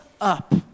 up